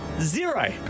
Zero